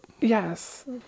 Yes